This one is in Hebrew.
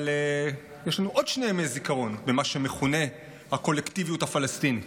אבל יש לנו עוד שני ימי זיכרון במה שמכונה "הקולקטיביות הפלסטינית".